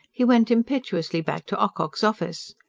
he went impetuously back to ocock's office.